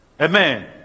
Amen